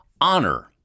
honor